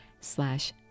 slash